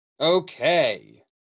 Okay